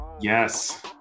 Yes